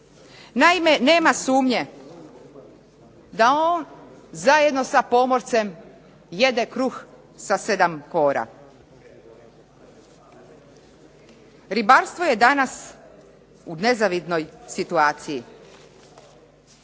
Naime, nema sumnje da on zajedno sa pomorcem jede kruh sa 7 kora. Ribarstvo je danas u nezavidnoj situaciji.